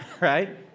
right